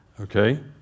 Okay